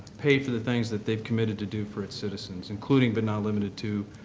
pay for the things that they've committed to do for its citizens, including but not limited to,